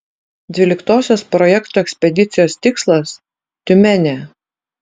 dvyliktosios projekto ekspedicijos tikslas tiumenė